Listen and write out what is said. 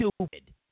stupid